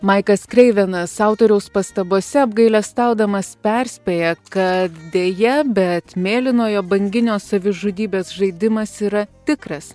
maikas kreivenas autoriaus pastabose apgailestaudamas perspėja kad deja bet mėlynojo banginio savižudybės žaidimas yra tikras